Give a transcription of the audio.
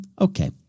Okay